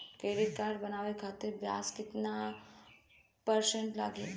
Credit card बनवाने खातिर ब्याज कितना परसेंट लगी?